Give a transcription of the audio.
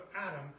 Adam